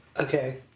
Okay